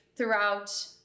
throughout